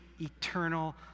eternal